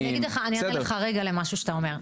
אני אגיב לך רגע למה שאתה אומר.